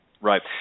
Right